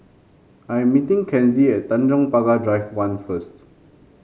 I am meeting Kenzie at Tanjong Pagar Drive One first